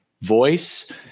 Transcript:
voice